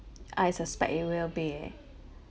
I suspect it will be